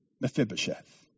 Mephibosheth